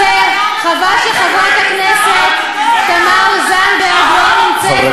הרי החוק הזה כל כך פשוט וכל כך צודק.